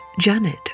Janet